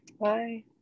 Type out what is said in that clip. Bye